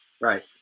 Right